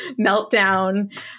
meltdown